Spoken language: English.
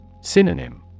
Synonym